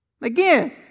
Again